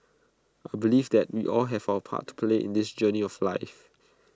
I believe that we all have our part to play in this journey of life